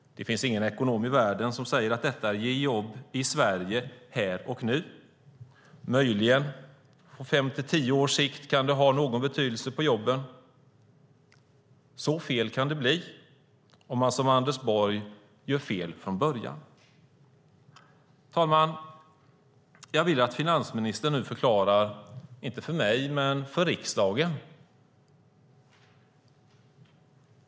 Det finns ingen ekonom i världen som säger att detta ger jobb i Sverige här och nu. Möjligen kan det ha någon betydelse på jobben på fem till tio års sikt. Så fel kan det bli, om man som Anders Borg gör fel från början. Herr talman! Jag vill att finansministern nu förklarar sig - inte för mig men för riksdagen.